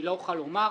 אני לא אוכל לומר,